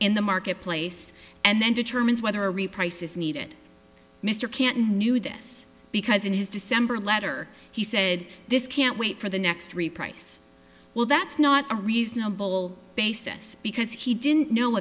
in the marketplace and then determines whether reprice is needed mr kant knew this because in his december letter he said this can't wait for the next three price well that's not a reasonable basis because he didn't know